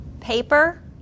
Paper